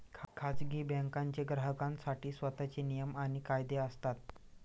खाजगी बँकांचे ग्राहकांसाठी स्वतःचे नियम आणि कायदे असतात